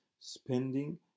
spending